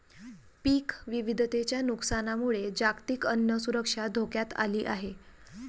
पीक विविधतेच्या नुकसानामुळे जागतिक अन्न सुरक्षा धोक्यात आली आहे